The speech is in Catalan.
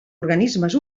organismes